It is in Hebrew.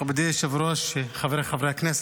מכובדי היושב-ראש, חבריי חברי הכנסת,